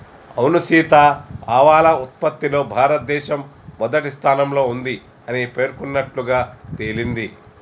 అవును సీత ఆవాల ఉత్పత్తిలో భారతదేశం మొదటి స్థానంలో ఉంది అని పేర్కొన్నట్లుగా తెలింది